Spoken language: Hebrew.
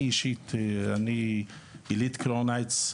אני אישית יליד קרואונייץ,